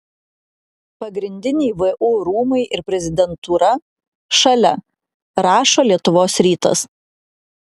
pagrindiniai vu rūmai ir prezidentūra šalia rašo lietuvos rytas